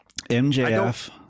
MJF